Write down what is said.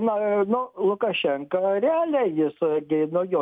na nu lukašenka realiai jis gi nuo jo